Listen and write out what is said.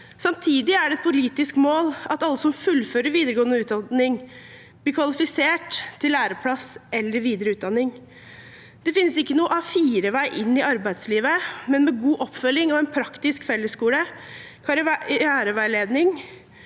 Samtidig er det et politisk mål at alle som fullfører videregående utdanning, blir kvalifisert til læreplass eller videre utdanning. Det finnes ikke noen A4-vei inn i arbeidslivet, men med god oppfølging, en praktisk fellesskole og karriereveiledning